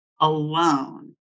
alone